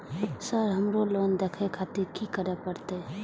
Sir हमरो loan देखें खातिर की करें परतें?